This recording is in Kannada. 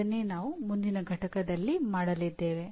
ಅದನ್ನೇ ನಾವು ಮುಂದಿನ ಪಠ್ಯದಲ್ಲಿ ಮಾಡಲಿದ್ದೇವೆ